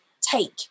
take